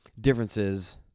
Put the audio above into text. differences